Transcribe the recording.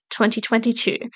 2022